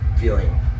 feeling